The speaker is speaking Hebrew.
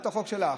בהצעת החוק שלך,